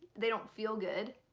they don't feel good.